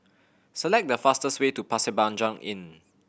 select the fastest way to Pasir Panjang Inn